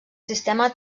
sistema